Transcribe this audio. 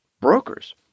brokers